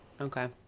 Okay